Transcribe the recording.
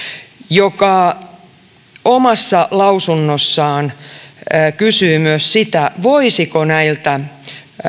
joka omassa lausunnossaan kysyy myös sitä voisiko näiltä